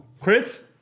Chris